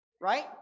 Right